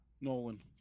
Nolan